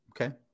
Okay